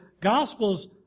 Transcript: Gospels